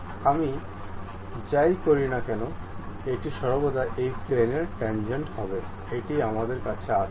আমি যাই করি না কেন এটি সর্বদা এই প্লেনের ট্যান্জেন্ট হবে এটি আমাদের আছে